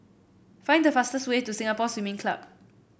find the fastest way to Singapore Swimming Club